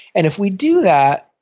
and if we do that,